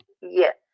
yes